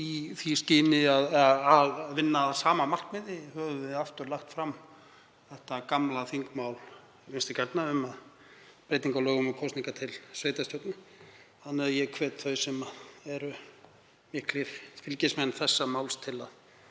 því skyni að vinna að sama markmiði höfum við aftur lagt fram þetta gamla þingmál Vinstri grænna um breytingu á lögum um kosningar til sveitarstjórna. Ég hvet þau sem eru miklir fylgismenn þessa máls til að